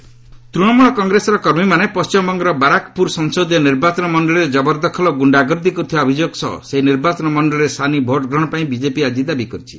BJP West Bengal ତୂଶମ୍ବଳ କଂଗ୍ରେସର କର୍ମୀମାନେ ପଢିମବଙ୍ଗର ବାରାକ୍ପୁର ସଂସଦୀୟ ନିର୍ବାଚନ ମଣ୍ଡଳୀରେ ଜବରଦଖଲ ଓ ଗୁଣ୍ଡାଗର୍ଦ୍ଦି କରିଥିବା ଅଭିଯୋଗ ସହ ସେହି ନିର୍ବାଚନ ମଣ୍ଡଳୀରେ ସାନି ଭୋଟ୍ଗ୍ରହଣ ପାଇଁ ବିଜେପି ଆଜି ଦାବି କରିଛି